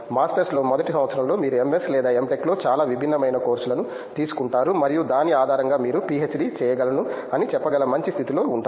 మాస్టర్స్లో మొదటి సంవత్సరంలో మీరు ఎంఎస్ లేదా ఎమ్ టెక్ లో చాలా విభిన్నమైన కోర్సు లను తీసుకుంటారు మరియు దాని ఆధారంగా మీరు పిహెచ్డి చేయగలను అని చెప్పగల మంచి స్థితి లో ఉంటారు